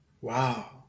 Wow